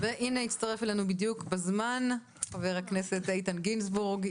הצטרף אלינו בדיוק בזמן חבר הכנסת איתן גינזבורג,